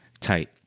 tight